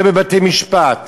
גם בבתי-משפט,